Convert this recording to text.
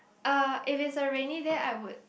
uh if is a rainy day I would